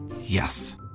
Yes